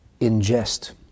ingest